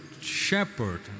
shepherd